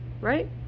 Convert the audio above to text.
right